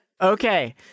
Okay